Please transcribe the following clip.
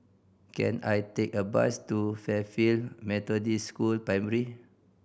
can I take a bus to Fairfield Methodist School Primary